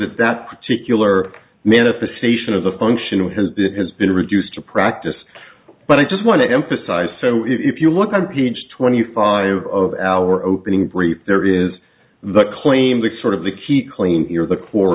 that that particular manifestation of the function has been has been reduced to practice but i just want to emphasize if you look on page twenty five of our opening brief there is the claim that sort of the key clean your the